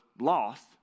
lost